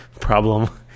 problem